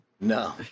No